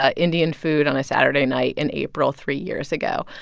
ah indian food on a saturday night in april three years ago.